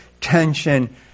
tension